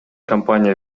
компания